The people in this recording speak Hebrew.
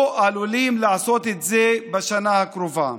או עלולים לעשות את זה בשנה הקרובה.